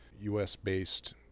US-based